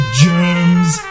germs